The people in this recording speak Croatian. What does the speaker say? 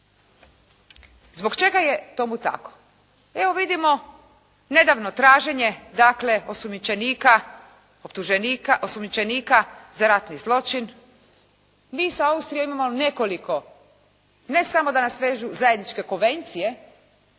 Zbog čega je tomu tako? Evo vidimo nedavno traženje osumnjičenika, optuženika za ratni zločin. Mi sa Austrijom imamo nekoliko, ne samo da nas vežu zajedničke konvencije,